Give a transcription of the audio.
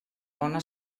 bona